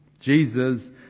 Jesus